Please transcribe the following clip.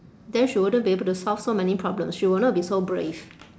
then she wouldn't be able to solve so many problems she would not be so brave